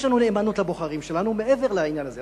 יש לנו נאמנות לבוחרים שלנו, מעבר לעניין הזה.